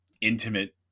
intimate